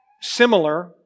similar